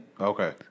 Okay